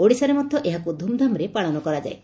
ଓଡ଼ିଶାରେ ମଧ୍ୟ ଏହାକୁ ଧୁମ୍ଧାମ୍ରେ ପାଳନ କରାଯାଏ